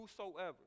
whosoever